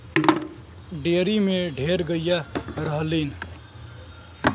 dairy में ढेर गइया रहलीन